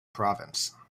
province